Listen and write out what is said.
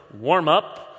warm-up